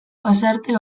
pasarte